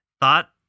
thought